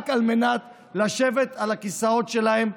רק על מנת לשבת על הכיסאות שלהם,